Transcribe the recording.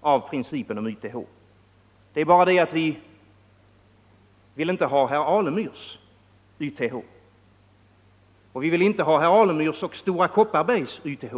av principen om YTH, men vi vill inte ha herr Alemyrs YTH. Och vi vill inte ha herr Alemyrs och Stora Kopparbergs YTH.